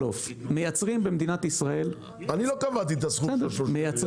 מייצרים במדינת ישראל --- אני לא קבעתי את הסכום של 30 מיליון.